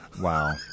Wow